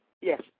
Yes